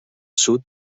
sud